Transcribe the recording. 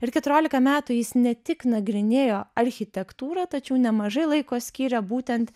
ir keturiolika metų jis ne tik nagrinėjo architektūrą tačiau nemažai laiko skyrė būtent